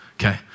okay